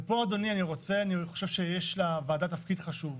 ופה, אדוני, אני חושב שיש לוועדה תפקיד חשוב.